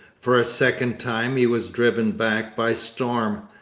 for a second time he was driven back by storm,